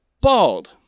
bald